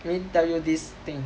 only tell you this thing